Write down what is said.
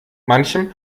manchem